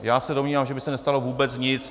Já se domnívám, že by se nestalo vůbec nic.